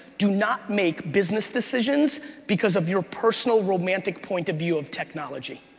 do not make business decisions because of your personal, romantic point of view of technology.